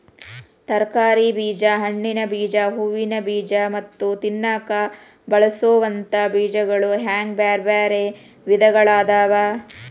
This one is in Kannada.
ತರಕಾರಿ ಬೇಜ, ಹಣ್ಣಿನ ಬೇಜ, ಹೂವಿನ ಬೇಜ ಮತ್ತ ತಿನ್ನಾಕ ಬಳಸೋವಂತ ಬೇಜಗಳು ಹಿಂಗ್ ಬ್ಯಾರ್ಬ್ಯಾರೇ ವಿಧಗಳಾದವ